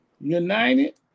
united